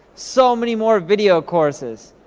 so many more video courses.